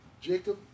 Jacob